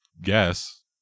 guess